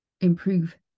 improve